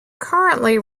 currently